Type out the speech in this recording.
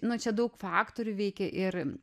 nu čia daug faktorių veikia ir